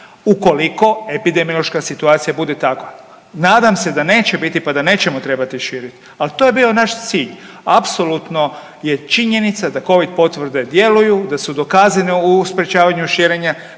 ukoliko epidemiološka situacija bude takva. Nadam se da neće biti pa da nećemo trebati širiti, ali to je bio naš cilj. Apsolutno je činjenica da Covid potvrde djeluju, da su dokazane u sprječavanju širenja